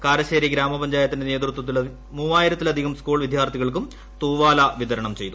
കാരശ്ശേരി ഗ്രാമപഞ്ചായത്തിന്റെ നേതൃത്വത്തിൽ ആയിരത്തിലധികം സ്കൂൾ വിദ്യാർത്ഥികൾക്കും തൂവാല വിതരണം ചെയ്തു